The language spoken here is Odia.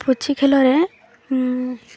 ପୁଚି ଖେଳରେ